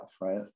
right